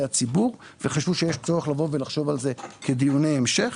הציבור וחשבו שיש צורך לבוא ולחשוב על זה כדיוני המשך.